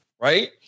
Right